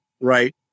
right